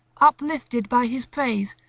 uplifted by his praise,